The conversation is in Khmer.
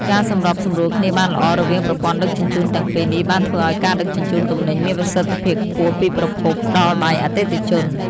ការសម្របសម្រួលគ្នាបានល្អរវាងប្រព័ន្ធដឹកជញ្ជូនទាំងពីរនេះបានធ្វើឱ្យការដឹកជញ្ជូនទំនិញមានប្រសិទ្ធភាពខ្ពស់ពីប្រភពដល់ដៃអតិថិជន។